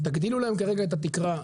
תגדילו להם כרגע את התקרה,